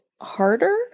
harder